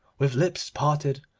with lips parted,